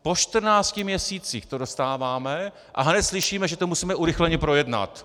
Po čtrnácti měsících to dostáváme a hned slyšíme, že to musíme urychleně projednat.